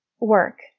work